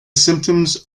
symptoms